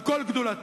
על כל גדולתה,